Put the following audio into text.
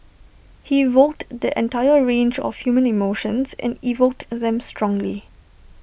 he evoked the entire range of human emotions and evoked them strongly